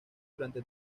durante